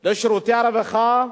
לשירותי הרווחה,